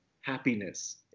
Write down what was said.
happiness